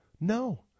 No